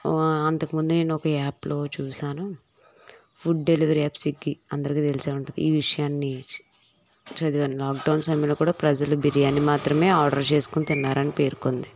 అంతకముందు నేనొక యాప్లో చూసాను ఫుడ్ డెలివరీ యాప్ సిగ్గీ అందరికి తెలిసే ఉంటుంది ఈ విషయాన్ని చదివాను లాక్డౌన్ సమయంలో కూడా ప్రజలు బిర్యానీ మాత్రమే ఆర్డర్ చేసుకుని తిన్నారని పేర్కొంది